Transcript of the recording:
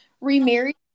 remarried